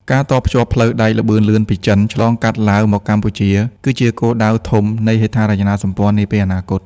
ការតភ្ជាប់ផ្លូវដែកល្បឿនលឿនពីចិន ឆ្លងកាត់ឡាវ មកកម្ពុជា គឺជាគោលដៅធំនៃហេដ្ឋារចនាសម្ព័ន្ធនាពេលអនាគត។